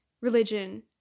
religion